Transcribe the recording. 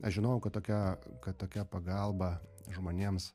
aš žinojau kad tokia kad tokia pagalba žmonėms